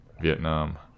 Vietnam